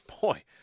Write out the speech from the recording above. Boy